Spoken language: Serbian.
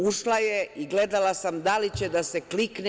Ušla je i gledala sam da li će da se klikne.